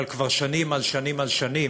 אבל כבר שנים על שנים על שנים